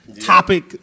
topic